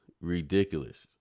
Ridiculous